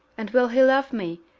and will he love me,